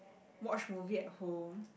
watch movie at home